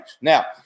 Now